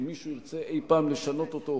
אם מישהו ירצה אי-פעם לשנות אותו,